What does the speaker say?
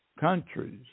countries